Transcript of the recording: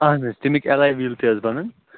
اَہَن حظ تمیِکۍ ایٚل آی ویٖل تہِ حظ بَنٛن